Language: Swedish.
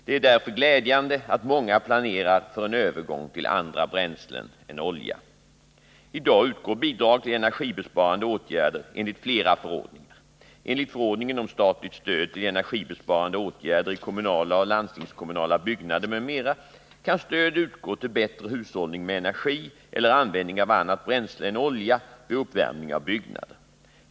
Det är därför glädjande att många planerar för en övergång till andra bränslen än olja. I dag utgår bidrag till energibesparande åtgärder enligt flera förordningar. Enligt förordningen om statligt stöd till energibesparande åtgärder i kommunala och landstingskommunala byggnader, m.m. kan stöd utgå till bättre hushållning med energi eller användning av annat bränsle än olja vid uppvärmning av byggnader.